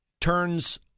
turns